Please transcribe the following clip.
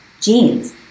genes